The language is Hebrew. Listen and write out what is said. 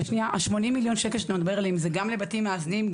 ה-80 מיליון שקל שאתה מדבר עליהם זה גם לבתים מאזנים,